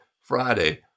Friday